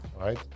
Right